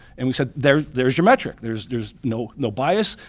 and we said there's there's your metric. there's there's no no bias,